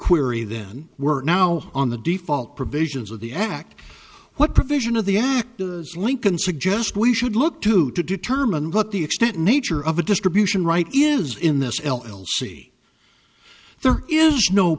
queery then work now on the default provisions of the act what provision of the actors lincoln suggest we should look to to determine what the extent nature of the distribution right is in this l l c there is no